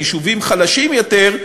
ביישובים חלשים יותר,